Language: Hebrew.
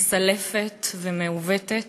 מסלפת ומעוותת.